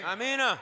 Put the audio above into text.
Amen